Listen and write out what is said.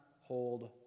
hold